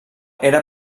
era